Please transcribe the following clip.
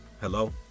hello